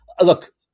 look